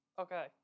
Okay